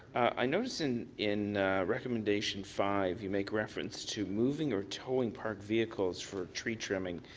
i notice in in recommendation five you make reference to moving or towing parked vehicles for tree trimming.